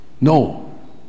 No